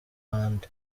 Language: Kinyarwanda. band